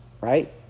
right